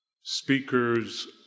speakers